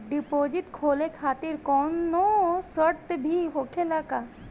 Deposit खोले खातिर कौनो शर्त भी होखेला का?